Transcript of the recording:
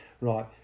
right